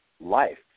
life